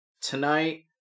tonight